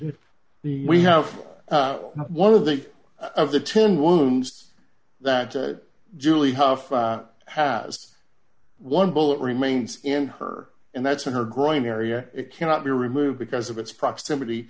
of the we have one of the of the ten wounds that julie hough has one bullet remains in her and that's in her groin area it cannot be removed because of its proximity